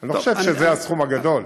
אני לא חושב שזה הסכום הגדול.